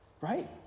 Right